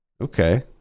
Okay